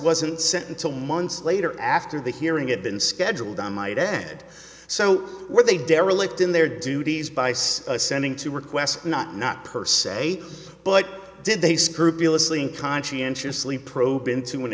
wasn't sent until months later after the hearing it been scheduled i might add so were they derelict in their duties beis ascending to request not not per se but did they scrupulously conscientiously probe into an